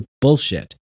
bullshit